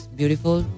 beautiful